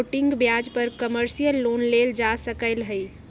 floating ब्याज पर commercial loan लेल जा सकलई ह